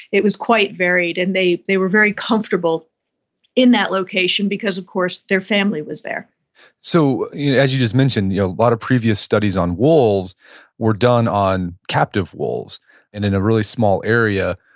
it was quite varied and they they were very comfortable in that location because, of course, their family was there so yeah as you just mentioned, a lot of previous studies on wolves were done on captive wolves and in a really small area.